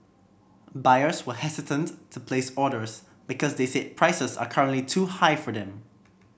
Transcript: buyers were hesitant to place orders because they said prices are currently too high for them